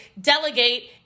Delegate